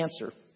cancer